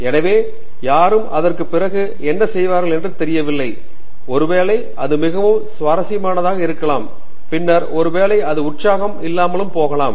எனவே யாரும் அதற்குப் பிறகு என்ன செய்வார்கள் என்று தெரியவில்லை ஒருவேளை அது மிகவும் சுவாரஸ்யமானதாக இருக்கலாம் பின்னர் ஒருவேளை அது உற்சாகம் இல்லாமல் போகலாம்